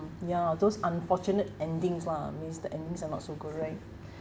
ya those unfortunate endings lah means the endings are not so good right